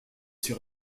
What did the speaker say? sur